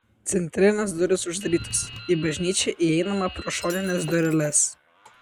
centrinės durys uždarytos į bažnyčią įeinama pro šonines dureles